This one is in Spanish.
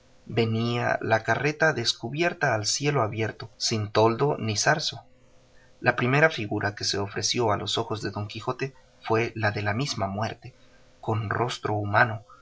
venía la carreta descubierta al cielo abierto sin toldo ni zarzo la primera figura que se ofreció a los ojos de don quijote fue la de la misma muerte con rostro humano